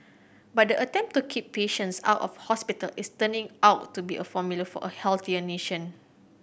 but the attempt to keep patients out of hospital is turning out to be a formula for a healthier nation